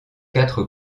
quatre